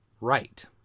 right